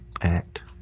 act